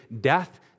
Death